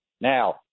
Now